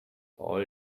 all